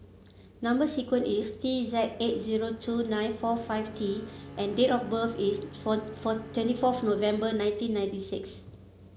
number sequence is T Z eight zero two nine four five T and date of birth is four four twenty fourth November nineteen ninety six